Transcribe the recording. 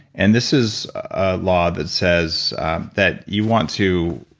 and this is a law that says that you want to